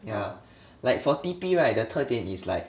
yeah like for T_P right the 特点 is like